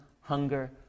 hunger